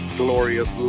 glorious